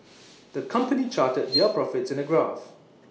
the company charted their profits in A graph